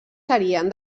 serien